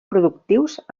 productius